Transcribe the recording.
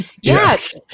Yes